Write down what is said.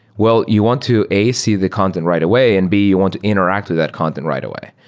well, you want to a, see the content right away, and b, you want to interact with that content right away.